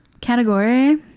category